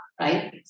right